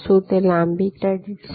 શું તે લાંબી ક્રેડિટ છે